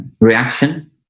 reaction